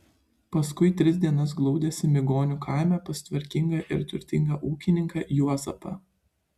paskui tris dienas glaudėsi migonių kaime pas tvarkingą ir turtingą ūkininką juozapą